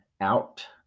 out